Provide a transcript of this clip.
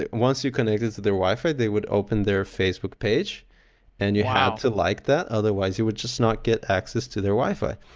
once you connected to their wi-fi they would open their facebook page and you have to like that otherwise you would just not get access to their wi-fi.